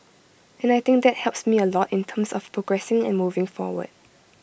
and I think that helps me A lot in terms of progressing and moving forward